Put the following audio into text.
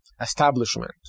establishment